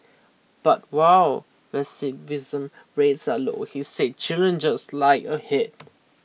but while recidivism rates are low he said challenges lie ahead